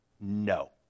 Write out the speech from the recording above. no